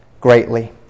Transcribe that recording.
greatly